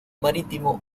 marítimo